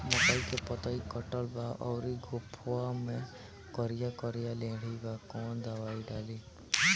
मकई में पतयी कटल बा अउरी गोफवा मैं करिया करिया लेढ़ी बा कवन दवाई डाली?